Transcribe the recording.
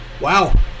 Wow